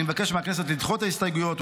אני מבקש מהכנסת לדחות את ההסתייגויות,